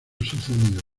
sucedido